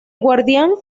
guardián